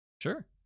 Sure